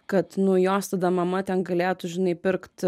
kad nu jos tada mama ten galėtų žinai pirkt